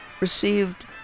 received